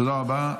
תודה רבה.